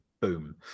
boom